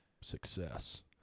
success